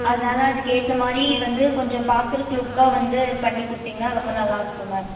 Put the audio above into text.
அதனால அதுக்கேற்ற மாதிரி வந்து கொஞ்சம் பார்க்கறக்கு லுக்காக வந்து பண்ணிக்கொடுத்திங்கனா ரொம்ப நல்லாயிருக்கும் மேம்